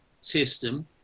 system